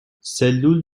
سلول